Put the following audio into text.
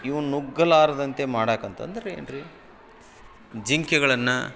ಇವ್ನ ನುಗ್ಗಲಾರದಂತೆ ಮಾಡಕ್ಕ ಅಂತಂದ್ರೆ ಏನು ರೀ ಜಿಂಕೆಗಳನ್ನು